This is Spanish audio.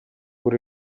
por